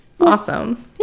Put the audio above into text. awesome